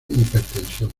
hipertensión